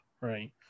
Right